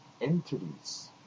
entities